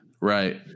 right